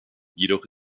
jedoch